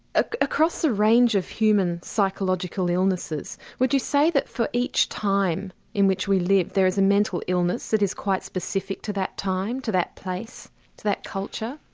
ah across the range of human psychological illnesses, would you say that for each time in which we live there is a mental illness that is quite specific to that time, to that place, to that culture?